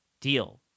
deal